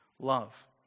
love